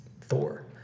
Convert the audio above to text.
Thor